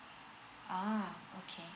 ah okay